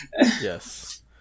yes